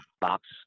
box